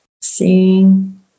seeing